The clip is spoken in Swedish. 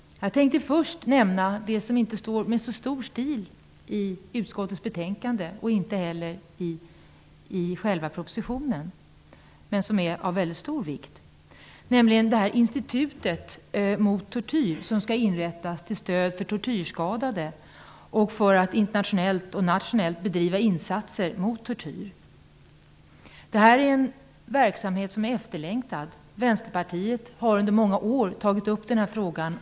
Jag vill först nämna något som inte framgår med så stor stil i utskottets betänkande och inte heller i propositionen men som är av stor vikt, nämligen Institutet mot tortyr som skall inrättas till stöd för tortyrskadade. Det skall internationellt och nationellt bedriva insatser mot tortyr. Detta är en verksamhet som är efterlängtad. Vänsterpartiet har under många år tagit upp frågan.